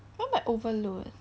what you mean by overload